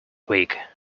week